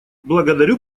благодарю